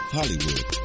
Hollywood